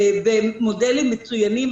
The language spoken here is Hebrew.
מודלים מצוינים.